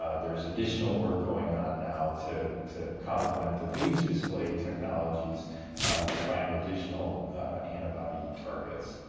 ah there's additional work going on now to to complement the phage display technologies to find additional antibody targets